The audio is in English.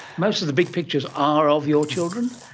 most of the big pictures are of your children?